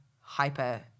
hyper